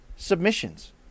submissions